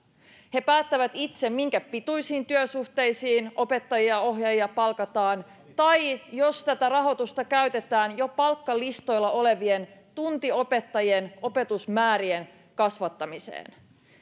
he päättävät itse minkä pituisiin työsuhteisiin opettajia ja ohjaajia palkataan tai käytetäänkö tätä rahoitusta jo palkkalistoilla olevien tuntiopettajien opetusmäärien kasvattamiseen